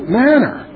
manner